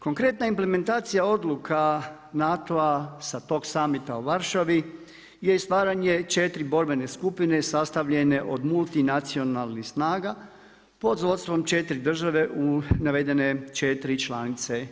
Konkretne implementacija odluka NATO-a sa tog summita u Varšavi je stvaranje 4 borbene skupine sastavljene od multinacionalnih snaga, pod vodstvom 4 države u navedene 4 članice